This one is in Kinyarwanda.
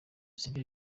sibyo